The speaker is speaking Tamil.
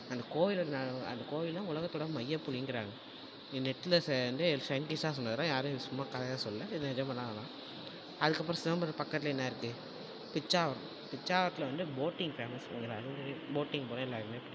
அந்த கோயில் அந்த கோயில் தான் உலகத்தோட மையப்புள்ளிங்கிறாங்க நெட்டில் ச இருந்து சைன்டிஸ்ட்லாம் சொன்னது தான் யாரும் சும்மா கதையாக சொல்ல இது இதே மாதிரி தான் அதற்கப்பறம் சிதம்பரத்துக்கு பக்கத்துல என்ன இருக்கு பிச்சாவரம் பிச்சாவரத்தில் வந்து போட்டிங் ஃபேமஸ் உங்க எல்லாருக்கும் தெரியும் போட்டிங் போக எல்லாருக்குமே பிடிக்கும்